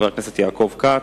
יעקב כץ,